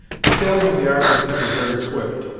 the sailing of the ark was never very swift,